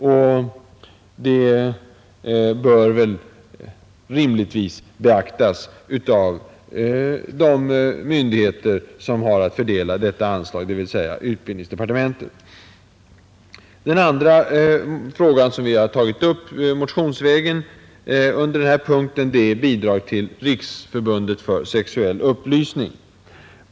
Detta bör rimligtvis beaktas av de myndigheter som har att fördela detta anslag, dvs. utbildningsdepartementet. Den andra fråga som vi tagit upp motionsvägen under denna punkt gäller bidrag till Riksförbundet för sexuell upplysning.